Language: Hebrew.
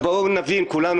אבל בואו נבין כולנו,